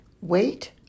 Wait